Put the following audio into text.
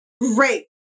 great